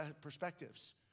perspectives